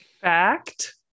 Fact